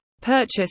purchase